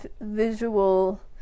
visual